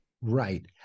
Right